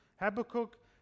Habakkuk